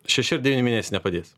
šeši ar devyni mėnesiai nepadės